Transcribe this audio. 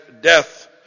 death